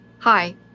Hi